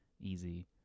Easy